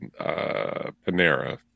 Panera